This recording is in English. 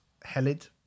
Helid